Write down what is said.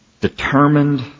determined